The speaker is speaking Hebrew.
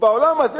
ובעולם הזה,